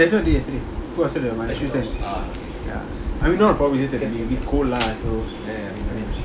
ya that's what I did yesterday put outside the my I mean not a problem just that it can be a bit cold lah so